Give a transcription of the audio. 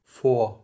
four